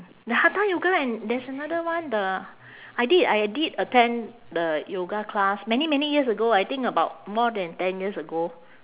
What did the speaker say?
the hatha yoga and there's another one the I did I did attend the yoga class many many years ago I think about more than ten years ago